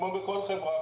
כמו בכל חברה,